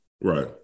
Right